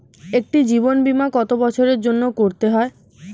একটি জীবন বীমা কত বছরের জন্য করতে হয়?